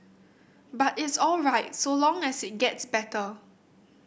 but it's all right so long as it gets better